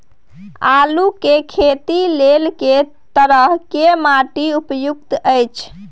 आलू के खेती लेल के तरह के माटी उपयुक्त अछि?